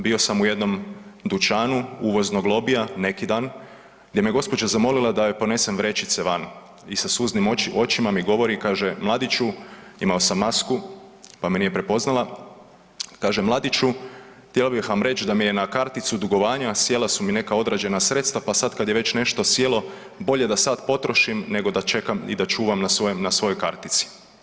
Bio sam u jednom dućanu uvoznog lobija, neki dan, gdje me gospođa zamolila da joj ponesem vrećice van i sa suznim očima mi govori, kaže, mladiću, imao sam masku pa me nije prepoznala, kaže mladiću, htjela bih vam reći da mi je na karticu dugovanja, sjela su mi neka određena sredstva pa sad kad je već nešto sjelo, bolje da sad potrošim nego da čekam i da čuvam na svojoj kartici.